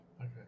Okay